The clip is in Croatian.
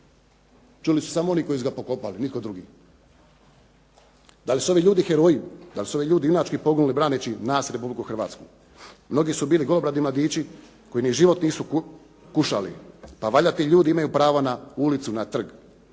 Čuli su samo oni koji su ga pokopali, nitko drugi. Da li su ovi ljudi heroji? Da li su ovi ljudi junački poginuli braneći nas i Republiku Hrvatsku? Mnogi su bili golobradi mladići koji ni život nisu kušali. Pa valjda ti ljudi imaju pravo na ulicu, na trg.